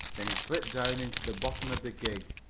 then he slipped down into the bottom of the gig,